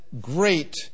great